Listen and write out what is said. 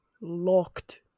locked